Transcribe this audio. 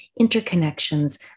interconnections